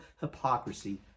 hypocrisy